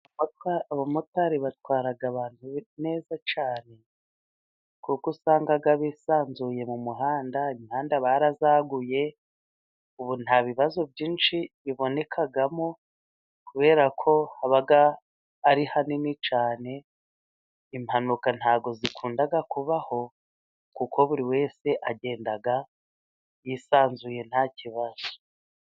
Abamotari batwara abantu neza cyane. Kuko usanga bisanzuye mu muhanda, imihanda barayaguye, ubu nta bibazo byinshi bibonekamo, kubera ko haba ari hanini cyane, impanuka ntago zakunda kubaho, kuko buri wese agenda yisanzuye nta kibazo.